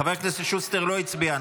חבר הכנסת שוסטר לא הצביע,